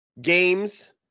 games